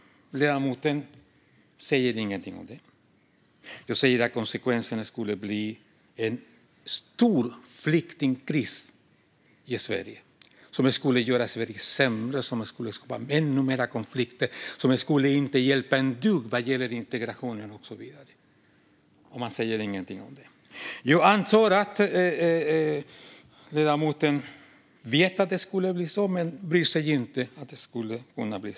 Ledamoten säger ingenting om det. Jag säger att konsekvenserna skulle bli en stor flyktingkris i Sverige, som skulle göra Sverige sämre. Det skulle skapa ännu fler konflikter, och det skulle inte hjälpa ett dugg vad gäller integrationen och så vidare. Men man säger ingenting om det. Jag antar att ledamoten vet att det skulle bli så men att hon inte bryr sig om det.